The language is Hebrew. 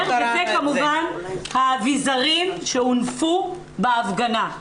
אלה האביזרים שהונפו בהפגנה.